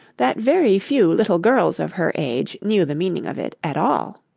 that very few little girls of her age knew the meaning of it at all.